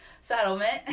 settlement